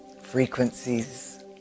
frequencies